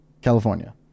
California